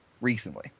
recently